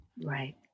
Right